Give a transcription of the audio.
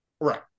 Right